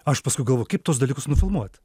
aš paskui galvoju kaip tuos dalykus nufilmuot